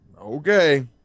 okay